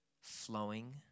flowing